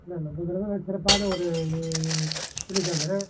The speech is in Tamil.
இல்லை நம்மக் கடை தான் நல்ல சிறப்பான ஒரு சொல்லியிருக்காங்க